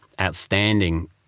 outstanding